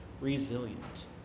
resilient